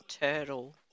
turtle